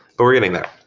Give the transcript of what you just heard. but we're getting there.